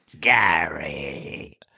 Gary